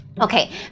Okay